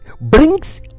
brings